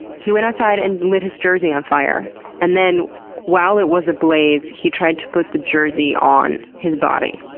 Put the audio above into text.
he went outside and lit his jersey on fire and then while it was ablaze, he tried to put the jersey on his body.